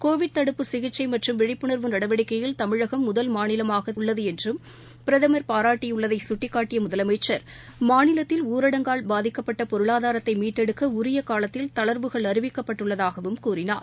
Covid தடுப்பு சிகிச்சைமற்றும் விழிப்புணர்வு நடவடிக்கையில் தமிழகம் முதல் மாநிலமாகஉள்ளதுஎன்றம் பிரதமர் பாராட்டியுள்ளதைசுட்டிக்காட்டியமுதலமைச்சர் மாநிலத்தில் ஊரடங்கால் பாதிக்கப்பட்டபொருளாதாரத்தைமீட்டெடுக்கஉரியகாலத்தில் தளர்வுகள் அறிவிக்கப்பட்டுள்ளதாகவும் கூறினார்